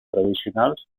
tradicionals